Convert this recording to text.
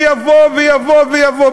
ויבוא ויבוא ויבוא.